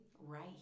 right